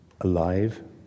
alive